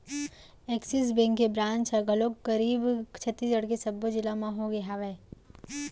Axis bank के branch ह घलोक करीब छत्तीसगढ़ के सब्बो जिला मन होगे हवय